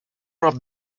rub